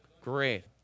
Great